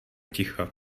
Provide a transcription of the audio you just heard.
ticho